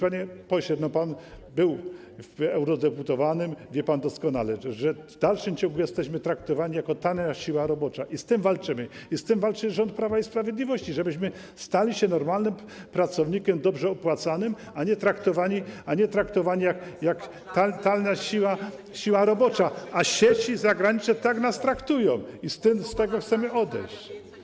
Panie pośle, pan był eurodeputowanym, wie pan doskonale, że w dalszym ciągu jesteśmy traktowani jak tania siła robocza i z tym walczymy, i z tym walczy rząd Prawa i Sprawiedliwości, tak żebyśmy stali się normalnymi pracownikami, dobrze opłacanymi, a nie żebyśmy byli traktowani jak tania siła robocza, a sieci zagraniczne tak nas traktują i od tego chcemy odejść.